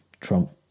Trump